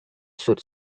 should